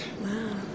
Wow